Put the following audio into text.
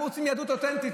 אנחנו רוצים יהדות אותנטית,